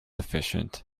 efficient